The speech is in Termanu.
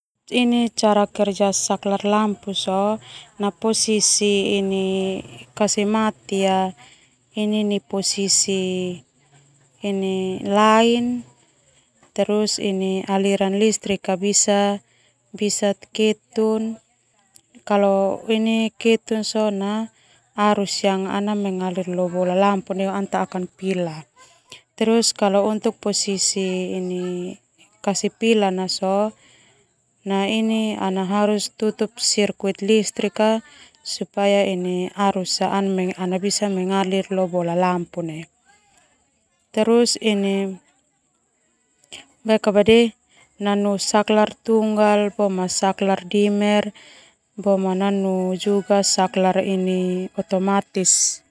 Ini cara kerja saklar lampu sona posisi kasih mati nai posisi lain terus ini aliran listrik bisa ketu kalo ketun sona arus yang mengalir leo bola lampu neu ana ta pila. Terus kalo untuk posisi kasih pila na sona ana harus tutup sirkuit listrik supaya ini arus bisa mengalir lo bola lampu neu. Terus ini saklar tunggal, saklar dimmer, saklar otomatis.